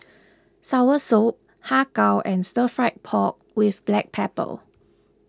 Soursop Har Kow and Stir Fry Pork with Black Pepper